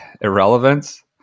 irrelevance